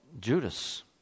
Judas